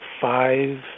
five